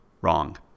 Wrong